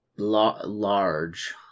Large